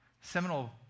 seminal